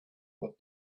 but